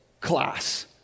class